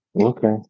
Okay